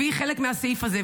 והיא חלק מהסעיף הזה,